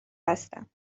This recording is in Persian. هستم